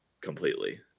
completely